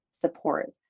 support